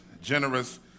generous